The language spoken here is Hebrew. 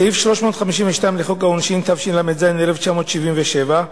סעיף 352 לחוק העונשין, התשל"ז 1977,